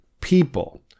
people